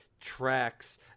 tracks